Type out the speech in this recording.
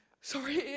sorry